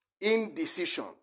indecision